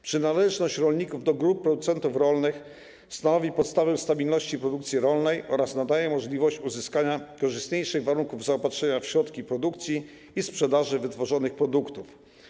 Przynależność rolników do grup producentów rolnych stanowi podstawię stabilności produkcji rolnej oraz daje możliwość uzyskania korzystniejszych warunków zaopatrzenia w środki produkcji i sprzedaży wytworzonych produktów.